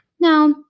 Now